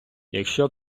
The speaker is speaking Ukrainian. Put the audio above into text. якщо